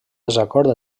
desacord